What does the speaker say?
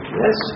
yes